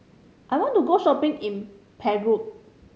I want to go shopping in Prague